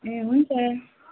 ए हुन्छ